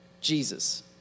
Jesus